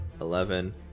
Eleven